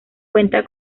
cuenta